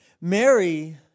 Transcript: Mary